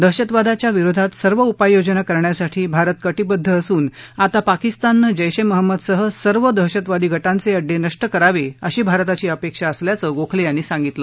दहशतवादाच्या विरोधात सर्व उपाययोजना करण्यासाठी भारत का विद्वअसून आता पाकिस्ताननं जेश ए महम्मदसह सर्व दहशतवादी गावि अड्डे नष्ट करावे अशी भारताची अपेक्षा असल्याचं गोखले यांनी सांगितलं